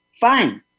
fine